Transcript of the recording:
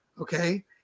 Okay